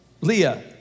Leah